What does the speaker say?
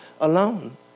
alone